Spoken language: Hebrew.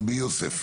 רבי יוסף.